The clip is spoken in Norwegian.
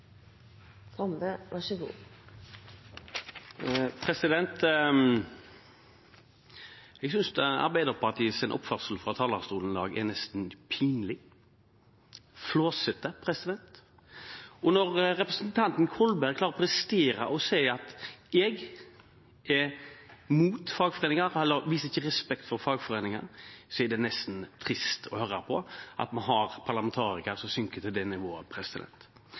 Jeg synes Arbeiderpartiets oppførsel fra talerstolen i dag er nesten pinlig, flåsete. Og når representanten Kolberg klarer å prestere å si at jeg er imot fagforeninger eller ikke viser respekt for fagforeningene, er det nesten trist å høre på – at vi har parlamentarikere som synker til det nivået.